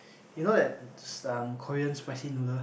you know that some Korean spicy noodle